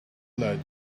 lad